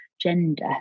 gender